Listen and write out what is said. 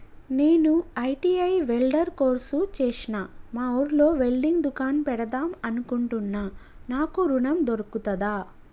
నేను ITI welder course చేశ్న మా ఊర్లో వెల్డింగ్ దుకాన్ పెడదాం అనుకుంటున్నా నాకు ఋణం దొర్కుతదా?